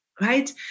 right